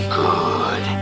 good